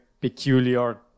peculiar